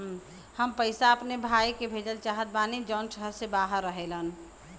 हम पैसा अपने भाई के भेजल चाहत बानी जौन शहर से बाहर रहेलन